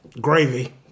Gravy